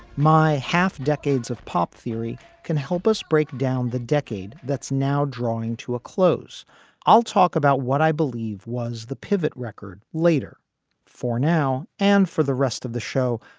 my half decades of pop theory can help us break down the decade that's now drawing to a close i'll talk about what i believe was the pivot record later for now and for the rest of the show.